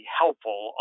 helpful